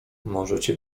możecie